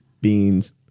beans